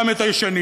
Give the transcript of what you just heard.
גם את הישנים.